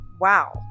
wow